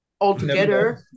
Altogether